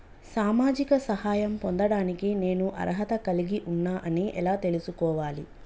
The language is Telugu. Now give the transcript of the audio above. సామాజిక సహాయం పొందడానికి నేను అర్హత కలిగి ఉన్న అని ఎలా తెలుసుకోవాలి?